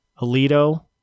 Alito